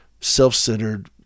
self-centered